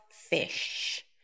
fish